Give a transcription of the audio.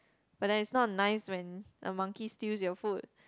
but that is not nice when the monkey steals your food